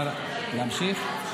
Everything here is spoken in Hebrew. להמשיך?